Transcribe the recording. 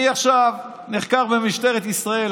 אני עכשיו נחקר במשטרת ישראל.